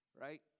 right